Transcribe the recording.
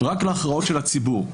רק להכרעות של הציבור,